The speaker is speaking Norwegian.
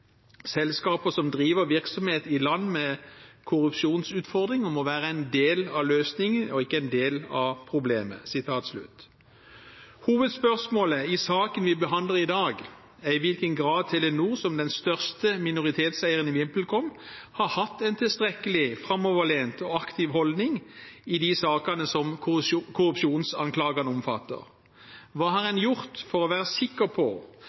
selskaper som driver virksomhet i land med korrupsjonsutfordringer, må være en del av løsningen og ikke en del av problemet». Hovedspørsmålet i saken vi behandler i dag, er i hvilken grad Telenor som den største minoritetseieren i VimpelCom, har hatt en tilstrekkelig, framoverlent og aktiv holdning i de sakene som korrupsjonsanklagene omfatter. Hva har en gjort for å være sikker på